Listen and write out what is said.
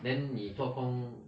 then 你做工